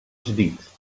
ġdid